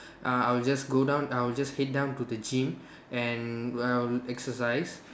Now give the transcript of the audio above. err I will just go down I will just head down to the gym and I'll exercise